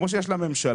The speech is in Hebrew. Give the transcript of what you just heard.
כמו שיש לממשלה,